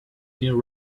new